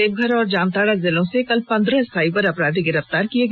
देवघर और जामताड़ा जिलों से कल पन्द्रह साइबर अपराधी गिरफ्तार किए गए हैं